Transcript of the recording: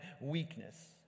weakness